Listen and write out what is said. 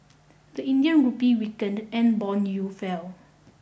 the Indian rupee weakened and bond yields fell